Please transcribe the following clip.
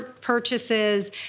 purchases